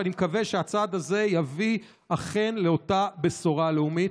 אני מקווה שהצעד הזה יביא אכן לאותה בשורה לאומית.